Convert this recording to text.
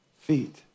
feet